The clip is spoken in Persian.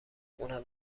اونم